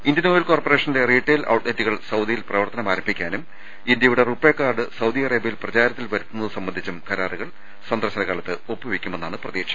Indian oil കോർപ്പറേഷന്റെ retail ഔട്ലെറ്റുകൾ സൌദിയിൽ പ്രവർത്തനം ആരംഭിക്കാനും ഇന്ത്യയുടെ റൂപെ കാർഡ് സൌദി അറേബ്യയിൽ പ്രചാരത്തിൽ വരുത്തുന്നത് സംബന്ധിച്ചും കരാറുകൾ സന്ദർശന കാലത്ത് ഒപ്പുവെക്കുമെന്നാണ് പ്രതീക്ഷ